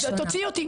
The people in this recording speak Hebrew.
מצוין, תוציאי אותי.